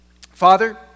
Father